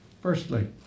Firstly